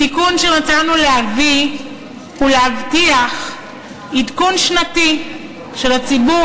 התיקון שרצינו להביא הוא להבטיח עדכון שנתי של הציבור